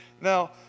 Now